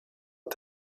und